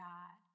God